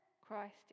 Christ